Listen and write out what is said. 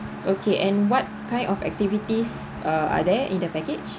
okay and what kind of activities are are there in the package